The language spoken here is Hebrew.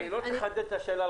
את השאלה לחדד.